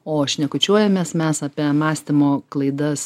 o šnekučiuojamės mes apie mąstymo klaidas